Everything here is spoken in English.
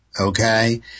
okay